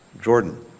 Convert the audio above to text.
Jordan